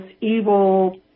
evil